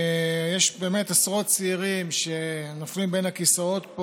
יש באמת עשרות צעירים שנופלים בין הכיסאות,